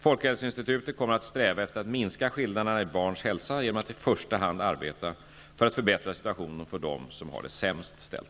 Folkhälsoinstitutet kommer att sträva efter att minska skillnaderna i barns hälsa genom att i första hand arbeta för att förbättra situationen för dem som har det sämst ställt.